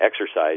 Exercise